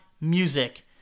Music